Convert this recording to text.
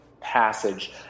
passage